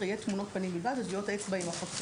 יהיה תמונות פנים בלבד וטביעות האצבע ימחקו.